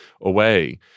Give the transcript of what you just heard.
away